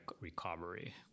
recovery